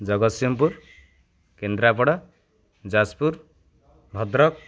Jagatsinghpur Kendrapara Jajpur Bhadrak